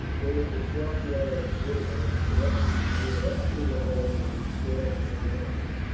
there was a sharp yell as boduoc thrust his spear up through the hole when he saw a pair of eyes,